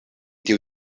tiu